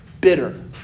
bitter